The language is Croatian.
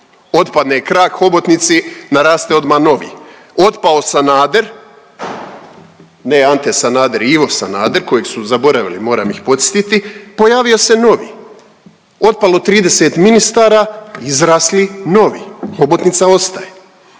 Otpadne krak hobotnici naraste odmah novi. Otpao Sanader, ne Ante Sanader, Ivo Sanader kojeg su zaboravili, moram ih podsjetiti pojavio se novi. Otpalo 30 ministara izrasli novi, hobotnica ostaje.